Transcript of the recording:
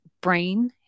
brain